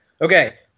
okay